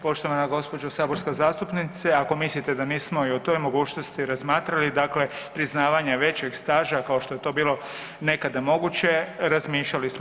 Poštovana gđo. saborska zastupnice, ako mislite da nismo i o toj mogućnosti razmatrali, dakle priznavanje većeg staža, kao što je to bilo nekada moguće, razmišljali smo.